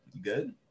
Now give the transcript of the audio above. Good